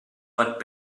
but